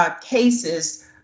cases